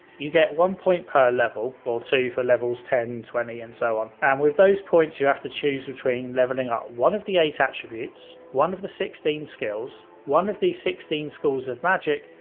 you get one point per level, or so two for level ten, twenty, and so on, and with those points you have to choose between levelling up one of the eight attributes, one of the sixteen skills, one of the sixteen schools of magic,